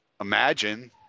imagine